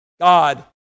God